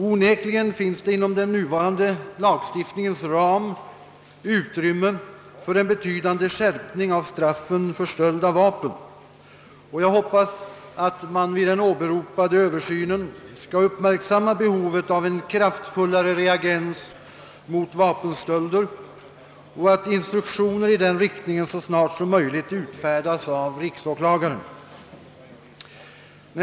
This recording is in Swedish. Onekligen finns det inom den nuvarande lagstiftningens ram utrymme för en betydande skärpning av straffen för stöld av vapen, och jag hoppas att man vid den åberopade översynen skall uppmöärksamma behovet av en kraftfullare reaktion mot :vapenstölder och att instruktioner i den riktningen så snart som möjligt utfärdas av riksåklagaren.